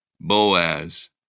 Boaz